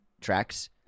tracks